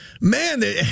man